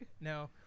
No